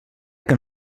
que